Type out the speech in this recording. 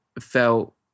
felt